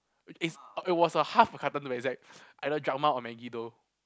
it's it was a half a carton to be exact either Dragma or Maggie though